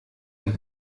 ein